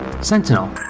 Sentinel